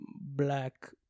black